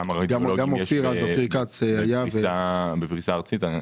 כמה רדיולוגים יש בפריסה ארצית?